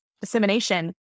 dissemination